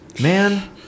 man